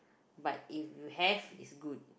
but if you have is good